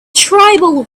tribal